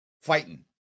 fighting